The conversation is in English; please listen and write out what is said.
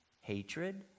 hatred